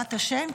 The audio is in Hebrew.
בעזרת השם.